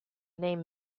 name